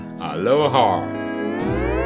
Aloha